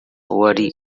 wari